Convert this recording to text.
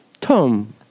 Tom